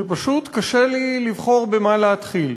שפשוט קשה לי לבחור במה להתחיל.